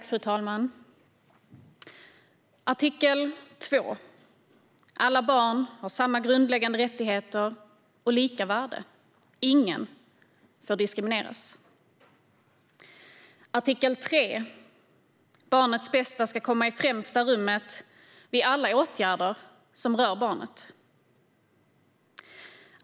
Fru talman! Artikel 2: Alla barn har samma grundläggande rättigheter och lika värde. Ingen får diskrimineras. Artikel 3: Barnets bästa ska komma i främsta rummet vid alla åtgärder som rör barnet.